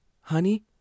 Honey